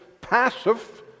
passive